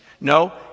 No